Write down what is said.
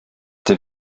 der